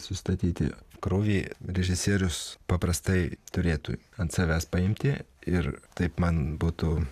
sustatyti krūvį režisierius paprastai turėtų ant savęs paimti ir taip man būtų